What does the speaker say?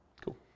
Cool